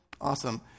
awesome